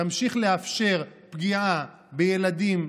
תמשיך לאפשר פגיעה בילדים,